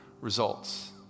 results